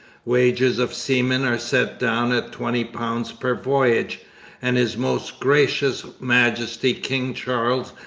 wages of seamen are set down at twenty pounds per voyage and his most gracious majesty, king charles,